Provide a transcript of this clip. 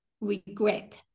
regret